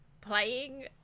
playing